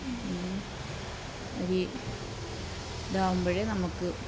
അരി ഇതാകുമ്പോഴ് നമുക്ക്